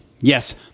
Yes